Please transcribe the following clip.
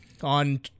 on